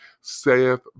saith